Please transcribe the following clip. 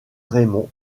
raymond